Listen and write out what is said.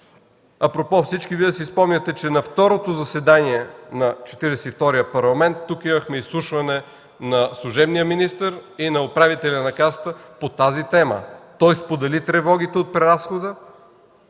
Апропо всички Вие си спомняте, че на второто заседание на Четиридесет и втория Парламент имахме изслушване на служебния министър и на управителя на Касата по тази тема. Той сподели тревогите от преразхода